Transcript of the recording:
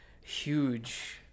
huge